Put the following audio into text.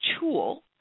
tool